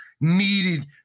needed